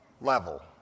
level